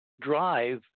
drive